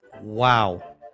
wow